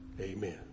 amen